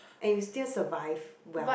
and it still survive well